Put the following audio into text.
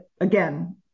again